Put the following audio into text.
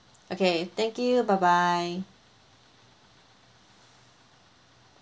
okay thank you bye bye